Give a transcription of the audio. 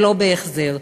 ולא בהחזר.